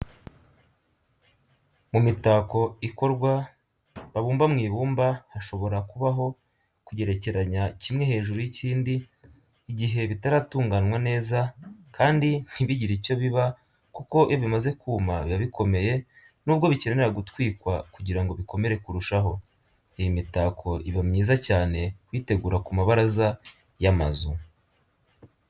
Mu mitako ikorwa babumba mu ibumba hashobora kubaho kugerekeranya kimwe hejuru y'ikindi igihe bitaratunganwa neza kandi ntibigire icyo biba kuko iyo bimaze kuma biba bikomeye nubwo bikenera gutwikwa kugirango bikomere kurushaho. Iyi mitako ibamyiza cyane kuyitegura ku mabaraza y'amazu.